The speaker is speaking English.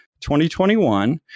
2021